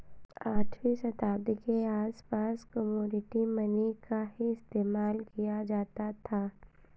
आठवीं शताब्दी के आसपास कोमोडिटी मनी का ही इस्तेमाल किया जाता था